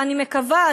ואני מקווה,